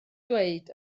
dweud